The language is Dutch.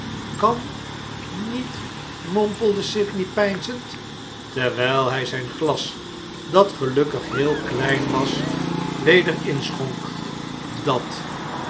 kan niet monapelde sydney peinzend terwyl hij zp glas dat gelukkig heel klein was weder inschonk dat